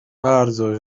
bardzo